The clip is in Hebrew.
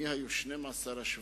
מי היו 12 השבטים?